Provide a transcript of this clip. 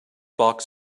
box